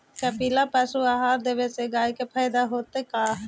कपिला पशु आहार देवे से गाय के फायदा होतै का?